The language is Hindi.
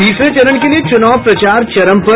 तीसरे चरण के लिये चुनाव प्रचार चरम पर